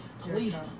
Police